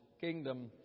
kingdom